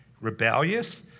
rebellious